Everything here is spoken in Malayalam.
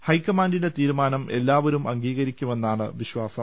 ഹൈക്കമാന്റിന്റെ തീരു മാനം എല്ലാവരും അംഗീകരിക്കുമെന്നാണ് വിശ്വാസം